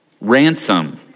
ransom